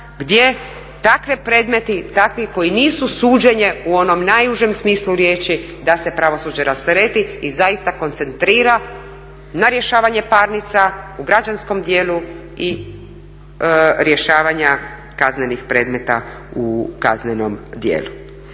gdje takvi predmeti koji nisu suđenje u onom najužem smislu riječi da se pravosuđe rastereti i zaista koncentrira na rješavanje parnica u građanskom dijelu i rješavanja kaznenih predmeta u kaznenom dijelu.